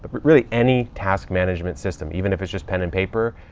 but really, any task management system, even if it's just pen and paper.